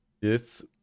Yes